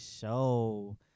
show